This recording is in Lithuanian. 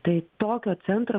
tai tokio centro